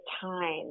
time